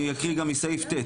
אני אקריא גם מסעיף ט',